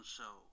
Show